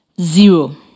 Zero